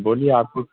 بولیے آپ کو